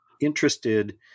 interested